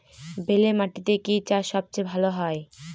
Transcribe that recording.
বেলে মাটিতে কি চাষ সবচেয়ে ভালো হয়?